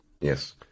Yes